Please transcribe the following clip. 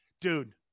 Dude